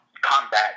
combat